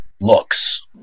looks